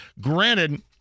granted